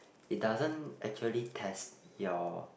it doesn't actually test your